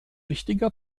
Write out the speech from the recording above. wichtiger